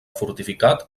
fortificat